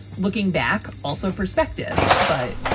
looking back, also perspective. but,